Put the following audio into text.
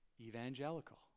evangelical